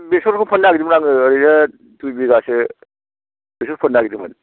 बेसरखौ फोनो नागिरदोंमोन आङो ओरैनो दुइ बिघासो बेसर फोनो नागेरदोंमोन